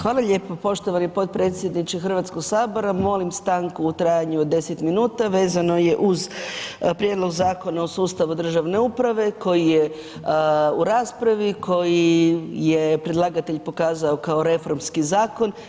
Hvala lijepa poštovani potpredsjedniče Hrvatskog sabora, molim stanku u trajanju od 10 minuta, vezano je uz Prijedlog Zakona o sustavu državne uprave koji je u raspravi, koji je predlagatelj pokazao kao reformski zakon.